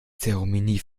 zeremonie